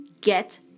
get